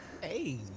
Hey